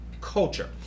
culture